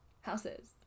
houses